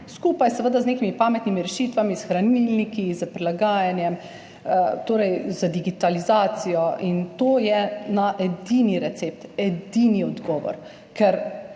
skupaj seveda z nekimi pametnimi rešitvami, s hranilniki, s prilagajanjem, torej z digitalizacijo. To je na edini recept, edini odgovor, ker,